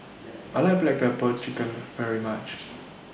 I like Black Pepper Chicken very much